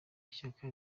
ishyaka